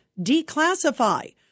declassify